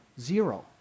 Zero